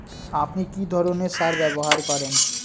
আপনি কী ধরনের সার ব্যবহার করেন?